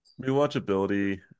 Rewatchability